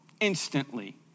instantly